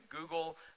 Google